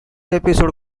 episode